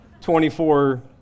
24